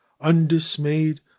undismayed